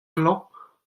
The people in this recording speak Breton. klañv